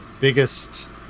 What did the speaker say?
biggest